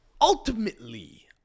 ultimately